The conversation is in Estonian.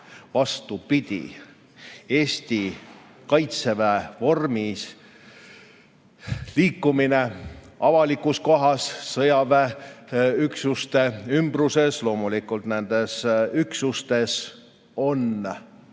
Vastupidi, Eesti Kaitseväe vormis liikumine avalikus kohas, sõjaväeüksuste ümbruses ja loomulikult nendes üksustes on uhkuseasi.